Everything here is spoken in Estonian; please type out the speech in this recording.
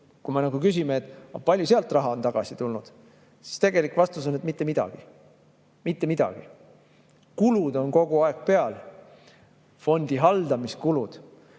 kui me küsime, kui palju sealt raha on tagasi tulnud, siis vastus on, et mitte midagi. Mitte midagi. Kulud on aga kogu aeg peal, fondi haldamise kulud